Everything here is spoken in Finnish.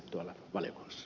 herra puhemies